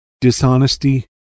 Dishonesty